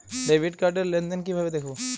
Debit card র লেনদেন কিভাবে দেখবো?